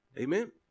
Amen